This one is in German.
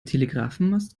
telegrafenmast